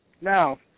now